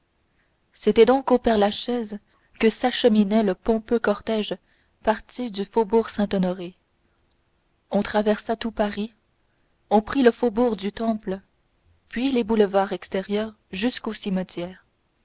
c'était donc vers le père-lachaise que s'acheminait le pompeux cortège parti du faubourg saint-honoré on traversa tout paris on prit le faubourg du temple puis les boulevards extérieurs jusqu'au cimetière